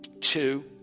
two